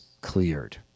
cleared